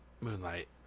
Moonlight